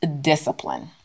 discipline